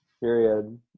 Period